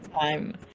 time